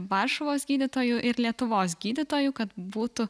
varšuvos gydytojų ir lietuvos gydytojų kad būtų